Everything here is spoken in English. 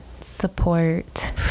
support